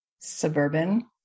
suburban